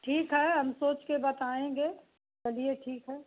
ठीक है हम सोच के बताएँगे चलिए ठीक है